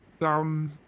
down